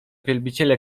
wielbiciele